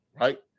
right